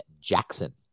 Jackson